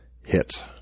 hit